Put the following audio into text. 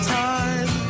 time